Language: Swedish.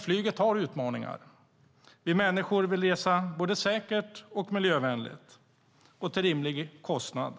Flyget har dock utmaningar. Vi människor vill resa säkert, miljövänligt och till rimlig kostnad.